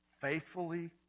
Faithfully